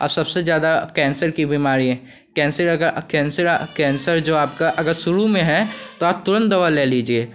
और सबसे ज़्यादा कैंसर की बिमारी है कैंसर आ गा कैंसर जो आपका अगर शुरू में है तो आप तुरंत दवा ले लीजिए